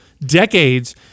decades